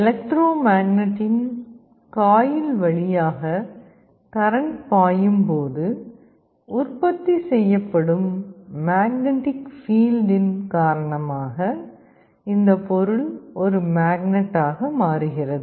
electro மேக்னட்டின் coil வழியாக current பாயும் போது உற்பத்தி செய்யப்படும் மேக்னட்டிக் பீல்டின் காரணமாக இந்த பொருள் ஒரு மேக்னட் ஆக மாறுகிறது